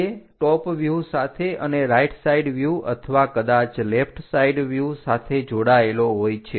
તે top view સાથે અને રાઇટ સાઈડ વ્યુહ અથવા કદાચ લેફ્ટ સાઈડ વ્યુહ સાથે જોડાયેલો હોય છે